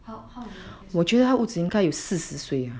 how how many year already